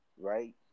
right